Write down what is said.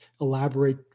elaborate